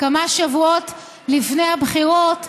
כמה שבועות לפני הבחירות,